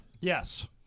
Yes